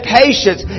patience